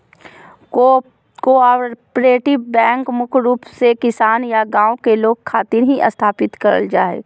cooperative bank मुख्य रूप से किसान या गांव के लोग खातिर ही स्थापित करल जा हय